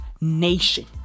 nation